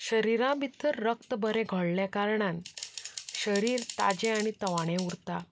शरिरा भितर रक्त बरें घोळ्ळ्या कारणान शरीर ताजें आनी तवाणें उरता